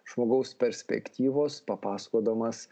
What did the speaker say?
žmogaus perspektyvos papasakodamas